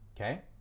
Okay